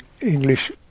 English